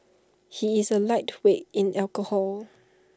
he is A lightweight in alcohol